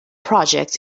projects